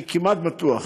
אני כמעט בטוח